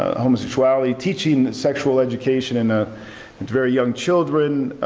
homosexuality, teaching sexual education and ah and to very young children.